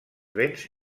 vents